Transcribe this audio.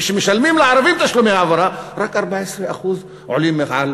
כשמשלמים לערבים תשלומי העברה, רק 14% עולים מעל